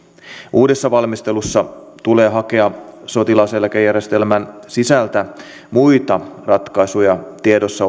uudessa valmistelussa tulee hakea sotilaseläkejärjestelmän sisältä muita ratkaisuja tiedossa